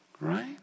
Right